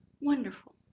wonderful